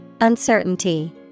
Uncertainty